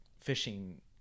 fishing